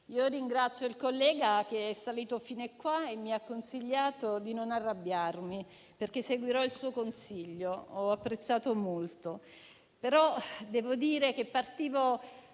ringrazio il collega che è salito fino a qui e mi ha consigliato di non arrabbiarmi, perché seguirò il suo consiglio, che ho apprezzato molto.